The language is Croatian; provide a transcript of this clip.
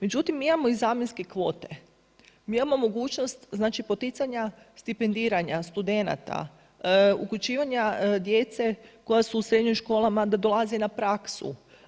Međutim mi imamo i zamjenske kvote, mi imamo mogućnost poticanja stipendiranja studenata, uključivanja djece koje su u srednjim školama da dolaze na praksu.